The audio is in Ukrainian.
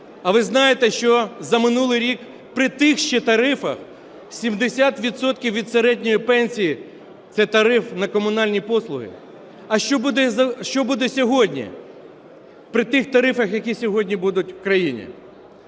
А ви знаєте, що за минулий рік, при тих ще тарифах, 70 відсотків від середньої пенсії – це тариф на комунальні послуги? А що буде сьогодні при тих тарифах, які сьогодні будуть в країні?